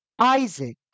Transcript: Isaac